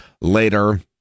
later